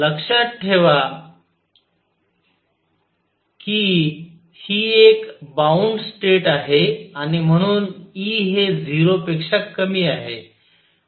लक्षात ठेवा की ही एक बॉउंड स्टेट आहे आणि म्हणून E हे 0 पेक्षा कमी आहे